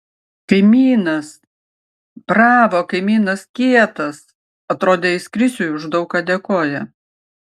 kaimynas bravo kaimynas kietas atrodė jis krisiui už daug ką dėkoja